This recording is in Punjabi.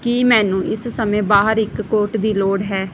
ਕੀ ਮੈਨੂੰ ਇਸ ਸਮੇਂ ਬਾਹਰ ਇੱਕ ਕੋਟ ਦੀ ਲੋੜ ਹੈ